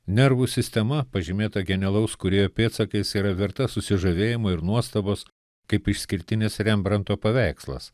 nervų sistema pažymėta genialaus kūrėjo pėdsakais yra verta susižavėjimo ir nuostabos kaip išskirtinis rembranto paveikslas